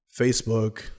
Facebook